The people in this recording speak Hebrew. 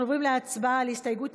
אנחנו עוברים להצבעה על לחלופין ו'.